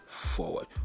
forward